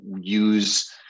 use